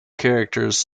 characters